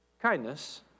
kindness